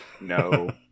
No